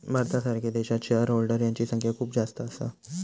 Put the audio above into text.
भारतासारख्या देशात shareholder यांची संख्या खूप जास्त असा